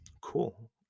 Cool